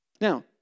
Now